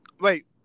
wait